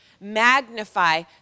magnify